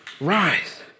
Rise